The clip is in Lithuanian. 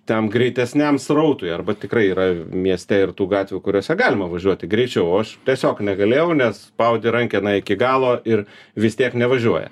ten greitesniam srautui arba tikrai yra mieste ir tų gatvių kuriose galima važiuoti greičiau o aš tiesiog negalėjau nes spaudi rankeną iki galo ir vis tiek nevažiuoja